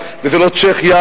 וזה לא ליטא, וזה לא צ'כיה.